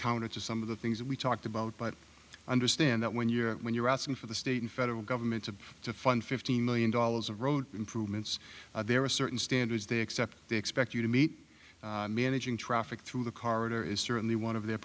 counter to some of the things we talked about but understand that when you're when you're asking for the state and federal government to fund fifteen million dollars of road improvements there are certain standards they except they expect you to meet managing traffic through the corridor is certainly one of their